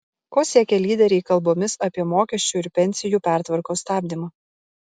ko siekia lyderiai kalbomis apie mokesčių ir pensijų pertvarkos stabdymą